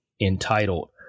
entitled